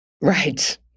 Right